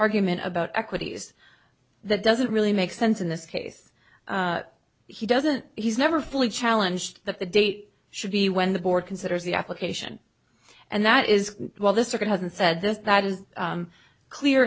argument about equities that doesn't really make sense in this case he doesn't he's never fully challenged that the date should be when the board considers the application and that is while the circuit hasn't said this that is clear